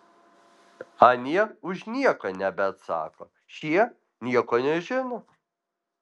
anie už nieką nebeatsako šie nieko nežino